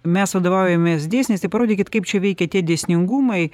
mes vadovaujamės dėsniais tai parodykit kaip čia veikia tie dėsningumai